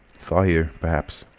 fire, perhaps,